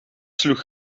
sloeg